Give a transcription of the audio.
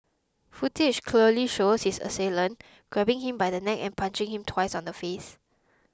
footage clearly shows his assailant grabbing him by the neck and punching him twice on the face